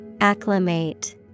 Acclimate